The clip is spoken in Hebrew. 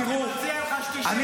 תראו, אני